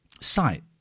sight